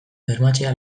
bermatzea